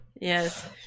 yes